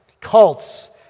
Cults